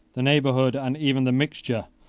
the neighborhood, and even the mixture,